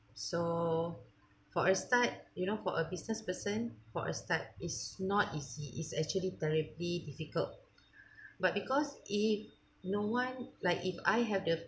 so for a start you know for a business person for a start is not easy is actually terribly difficult but because if no one like if I have the